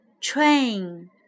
train